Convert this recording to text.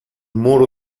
muro